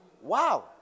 Wow